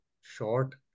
short